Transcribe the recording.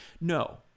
No